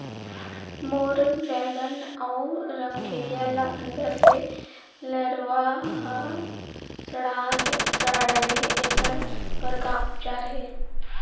मोर बैगन अऊ रमकेरिया ल अंदर से लरवा ह सड़ा डाले हे, एखर बर का उपचार हे?